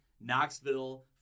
Knoxville